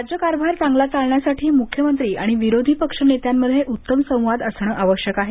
राज्य कारभार चांगला चालण्यासाठी मुख्यमंत्री आणि विरोधी पक्षनेत्यांमध्ये उत्तम संवाद असण आवश्यक आहे